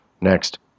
next